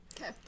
Okay